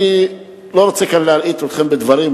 אני לא רוצה כרגע להלעיט אתכם בדברים,